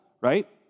right